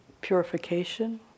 Purification